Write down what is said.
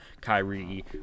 Kyrie